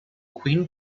queen